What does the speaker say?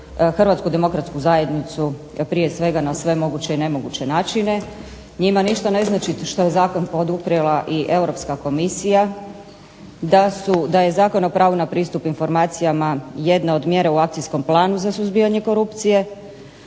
bi diskvalificirali HDZ prije svega na sve moguće i nemoguće načine. Njima ništa ne znači što je zakon poduprijela i Europska komisija, da je Zakon o pravu na pristup informacijama jedna od mjera u akcijskom planu za suzbijanje korupcije,